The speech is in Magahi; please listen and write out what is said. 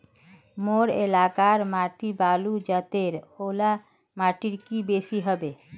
मोर एलाकार माटी बालू जतेर ओ ला माटित की बेसी हबे?